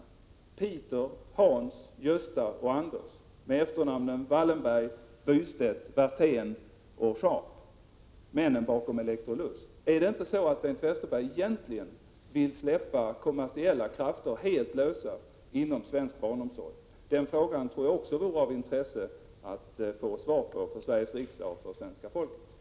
Är det inte Peter, Hans, Gösta och Anders, med efternamnen Wallenberg, Werthén, Bystedt och Scharp — männen bakom Electrolux — som det handlar om? Är det inte så, att Bengt Westerberg egentligen vill släppa kommersiella krafter helt lösa inom svensk barnomsorg? Jag tror att det för Sveriges riksdag och för svenska folket vore intressant att också få svar på den frågan.